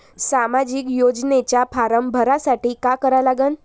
सामाजिक योजनेचा फारम भरासाठी का करा लागन?